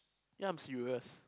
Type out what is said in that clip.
yeah I'm serious